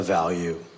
value